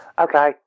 Okay